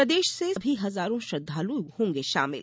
प्रदेश से भी हजारों श्रद्वालु होगें शामिल